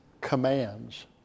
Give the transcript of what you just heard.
commands